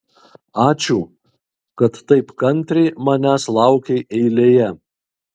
ačiū kad taip kantriai manęs laukei eilėje